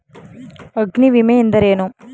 ಅಗ್ನಿವಿಮೆ ಎಂದರೇನು?